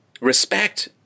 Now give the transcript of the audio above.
respect